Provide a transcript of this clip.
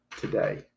today